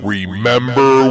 Remember